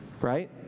right